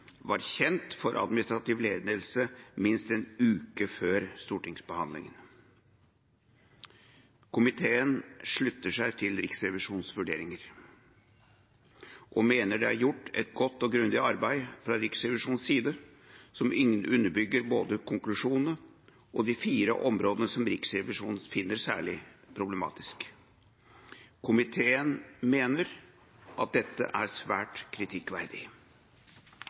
var kjent for administrativ ledelse minst en uke før stortingsbehandlingen. Komiteen slutter seg til Riksrevisjonens vurderinger og mener det er gjort et godt og grundig arbeid fra Riksrevisjonens side, som underbygger både konklusjonene og de fire områdene som Riksrevisjonen finner særlig problematisk. Komiteen mener dette er svært kritikkverdig.